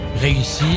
réussi